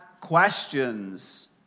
questions